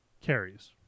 carries